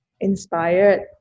inspired